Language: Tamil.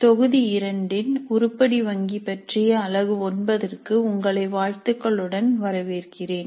தொகுதி இரண்டின் உருப்படி வங்கி பற்றிய அலகு 9க்கு உங்களை வாழ்த்துக்களுடன் வரவேற்கிறேன்